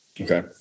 okay